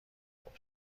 خوب